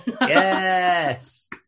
Yes